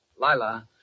Lila